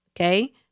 Okay